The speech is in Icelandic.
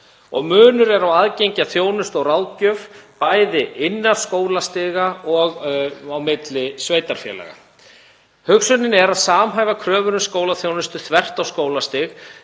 og munur er á aðgengi að þjónustu og ráðgjöf, bæði innan skólastiga og á milli sveitarfélaga. Hugsunin er að samhæfa kröfur um skólaþjónustu þvert á skólastig